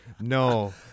No